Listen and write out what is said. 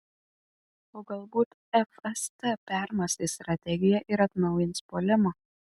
o galbūt fst permąstys strategiją ir atnaujins puolimą